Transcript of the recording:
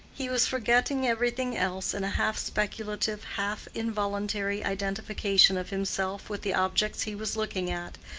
he was forgetting everything else in a half-speculative, half-involuntary identification of himself with the objects he was looking at,